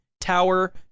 tower